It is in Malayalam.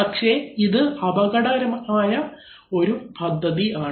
പക്ഷേ ഇത് അപകടകരമായ ഒരു പദ്ധതി ആണ്